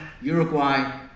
Uruguay